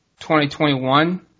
2021